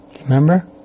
Remember